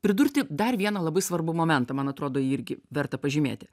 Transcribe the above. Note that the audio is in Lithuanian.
pridurti dar vieną labai svarbų momentą man atrodo jį irgi verta pažymėti